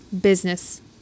business